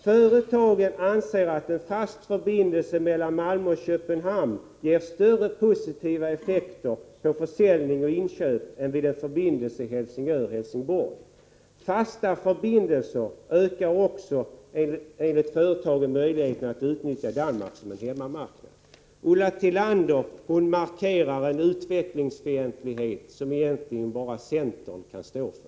Företagen anser att en fast förbindelse mellan Malmö och Köpenhamn ger större positiva effekter på försäljning och inköp än vid en förbindelse Helsingör-Helsingborg. Fasta förbindelser ökar också enligt företagen möjligheten att utnyttja Danmark som en hemmamarknad.” Ulla Tillander markerar en utvecklingsfientlighet som egentligen bara centern kan stå för.